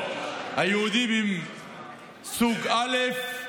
היהודים הם סוג א',